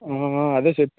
అదే చెప్పాడు హెల్త్ బాగాలేదని